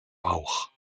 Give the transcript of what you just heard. auch